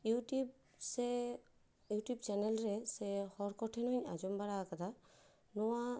YouTube ᱥᱮ YouTube channel ᱨᱮ ᱥᱮ ᱦᱚᱲ ᱠᱚᱴᱷᱮᱱ ᱦᱚ ᱧ ᱟᱸᱡᱚᱢ ᱵᱟᱲᱟ ᱠᱟᱫᱟ ᱱᱚᱣᱟ